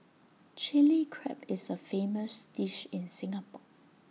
Chilli Crab is A famous dish in Singapore